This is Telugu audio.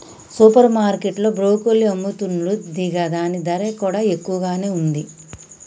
సూపర్ మార్కెట్ లో బ్రొకోలి అమ్ముతున్లు గిదాని ధర కూడా ఎక్కువగానే ఉంది